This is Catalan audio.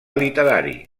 literari